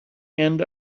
end